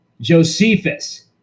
Josephus